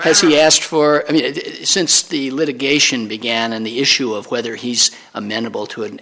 has he asked for it since the litigation began and the issue of whether he's amenable to an